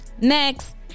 Next